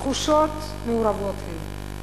תחושות מעורבות הן.